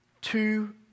two